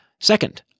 Second